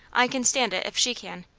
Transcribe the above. i can stand it if she can.